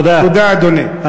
תודה, אדוני.